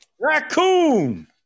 raccoon